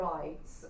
rights